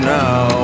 now